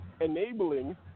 enabling